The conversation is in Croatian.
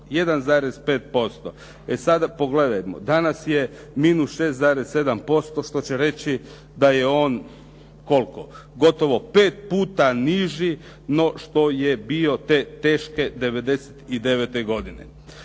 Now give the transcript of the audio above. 1,5% E sada pogledajmo, danas je -6,7% što će reći da je on kolko, gotovo pet puta niži no što je bio te teške '99. godine.